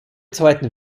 zweiten